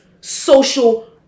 social